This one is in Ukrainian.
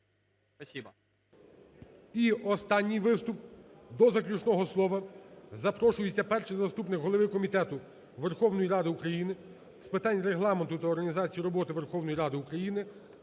І останній виступ. До заключного слова запрошується перший заступник голови Комітету Верховної Ради України з питань Регламенту та організації роботи Верховної Ради України